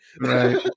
right